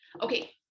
Okay